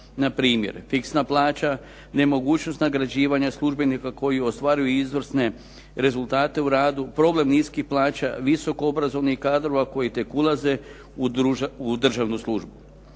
Na primjer, fiksna plaća, nemogućnost nagrađivanja službenika koji ostvaruju izvrsne rezultate u radu, problem niskih plaća, visoko obrazovnih kadrova koji tek ulaze u državnu službu.